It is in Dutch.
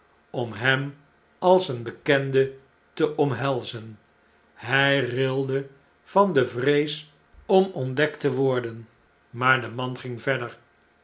om hem als een bekende te omhelzen hij rilde van de vrees om ontdekt te worden maar de man ging verder